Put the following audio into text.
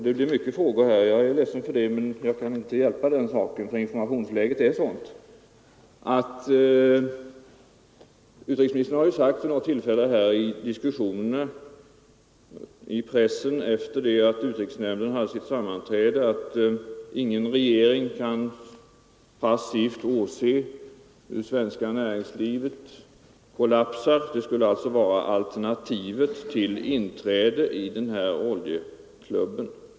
Det blir många frågor här, och jag är ledsen för det, men jag kan inte hjälpa den saken, för informationsläget är sådant. Utrikesministern har sagt vid något tillfälle i pressdiskussionerna efter det att utrikesnämnden haft sitt sammanträde, att ingen regering kan passivt åse hur det svenska näringslivet kollapsar i brist på olja. Det skulle alltså vara alternativet till inträde i den här oljeklubben.